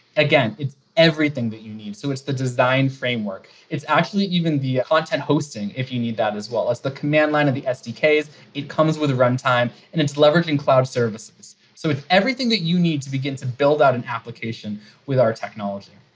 again, it's everything that you need. so it's the design framework. it's actually even the content hosting if you need that as well as the command-line of the sdks, it comes with a runtime and it's leveraging cloud services. so with everything that you need to begin to build out an application with our technology.